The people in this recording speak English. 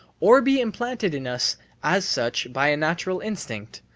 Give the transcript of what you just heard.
or be implanted in us as such by a natural instinct.